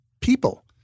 people